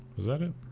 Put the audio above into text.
is that it